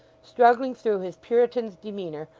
struggling through his puritan's demeanour,